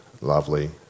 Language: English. lovely